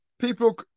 People